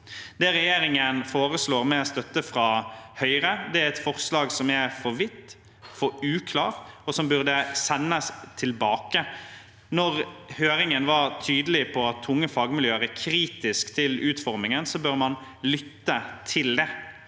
Det regjeringen foreslår, med støtte fra Høyre, er et forslag som er for vidt, for uklart, og som burde sendes tilbake. Når høringen var tydelig på at tunge fagmiljøer er kritiske til utformingen, bør man lytte til det,